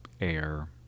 air